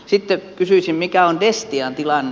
sitten kysyisin mikä on destian tilanne